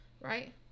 Right